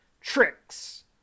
Tricks